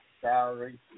salary